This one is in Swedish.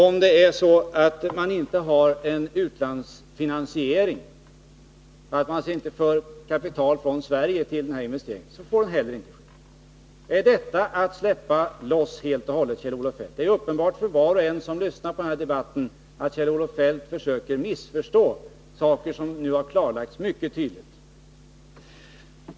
Om man inte har en utlandsfinansiering avinvesteringen — dvs. om man för kapital från Sverige till investeringen — får den inte heller ske. Är detta att helt och hållet släppa loss utlandsinvesteringarna, Kjell-Olof Feldt? Det är uppenbart för var och en som lyssnar till den här debatten att Kjell-Olof Feldt försöker missförstå saker som mycket tydligt har klarlagts.